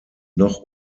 noch